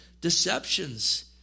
deceptions